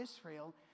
Israel